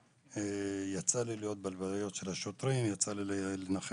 יצא לי להיות בהלוויות של השוטרים והשוטרת,